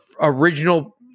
original